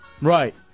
Right